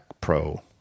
Pro